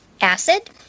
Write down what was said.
acid